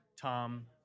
tom